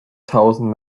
tausend